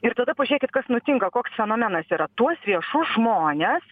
ir tada pažiūrėkit kas nutinka koks fenomenas yra tuos viešus žmones